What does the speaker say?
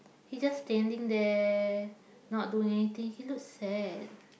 he just standing there not doing anything he looks sad